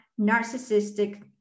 narcissistic